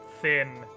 thin